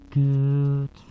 good